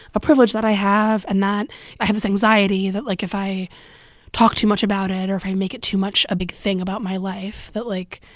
a privilege that i have and that i have this anxiety that, like, if i talk too much about it or if i make it too much a big thing about my life that, like,